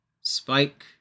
Spike